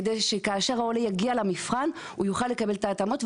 כדי שכאשר העולה יגיע למבחן הוא יקבל את ההתאמות,